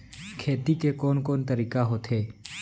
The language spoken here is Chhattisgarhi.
खेती के कोन कोन तरीका होथे?